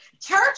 Church